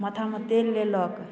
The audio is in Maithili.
माथामे तेल लेलक